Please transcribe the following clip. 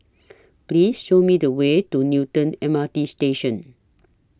Please Show Me The Way to Newton M R T Station